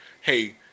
hey